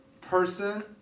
person